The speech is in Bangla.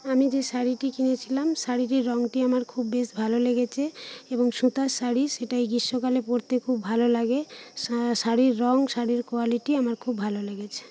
আমি যে শাড়িটি কিনেছিলাম শাড়িটির রঙটি আমার খুব বেশ ভালো লেগেছে এবং সুতার শাড়ি সেটা এই গ্রীষ্মকালে পরতে খুব ভালো লাগে শা শাড়ির রঙ শাড়ির কোয়ালিটি আমার খুব ভালো লেগেছে